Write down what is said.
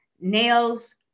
nails